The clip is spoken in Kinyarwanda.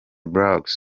brooks